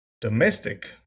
domestic